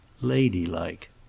ladylike